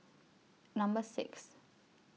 Number six